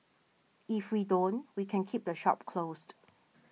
if we don't we can keep the shop closed